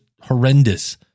horrendous